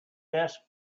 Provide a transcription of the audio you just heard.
desk